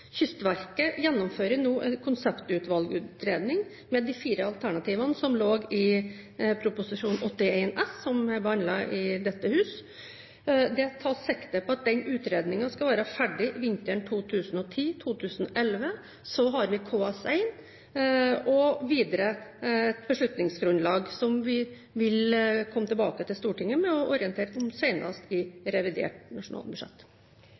Kystverket gjennomfører nå en konseptutvalgutredning med de fire alternativene som lå i Prop. 81 S for 2009–2010, som er behandlet i dette hus. Det er tatt sikte på at utredningen skal være ferdig vinteren 2010/2011. Så har vi KS1 og videre et beslutningsgrunnlag som vi vil komme tilbake til Stortinget med og orientere om senest i revidert nasjonalbudsjett.